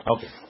Okay